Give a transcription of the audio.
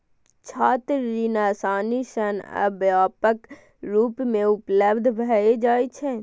छात्र ऋण आसानी सं आ व्यापक रूप मे उपलब्ध भए जाइ छै